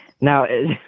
now